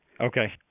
Okay